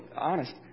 honest